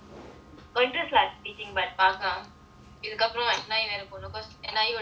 but it just like teaching ah but இதுக்கு அப்புறம்:ithukku appuram